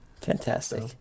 Fantastic